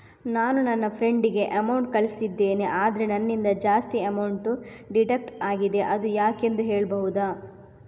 ನಾನು ನನ್ನ ಫ್ರೆಂಡ್ ಗೆ ಅಮೌಂಟ್ ಕಳ್ಸಿದ್ದೇನೆ ಆದ್ರೆ ನನ್ನಿಂದ ಜಾಸ್ತಿ ಅಮೌಂಟ್ ಡಿಡಕ್ಟ್ ಆಗಿದೆ ಅದು ಯಾಕೆಂದು ಹೇಳ್ಬಹುದಾ?